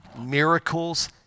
miracles